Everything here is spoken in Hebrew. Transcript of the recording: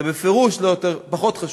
זה בפירוש לא פחות חשוב,